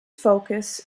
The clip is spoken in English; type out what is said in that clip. focus